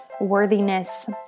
worthiness